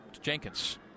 Jenkins